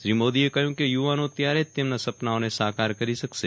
શ્રી મોદીએ કહ્યું કે યુવાનો ત્યારે જ તેમના સપનાઓને સાકાર કરી શકશે